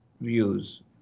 views